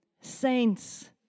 Saints